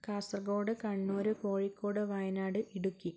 Kasaragod Kannur Kozhikode Wayanad Idukki